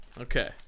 Okay